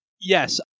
Yes